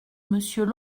monsieur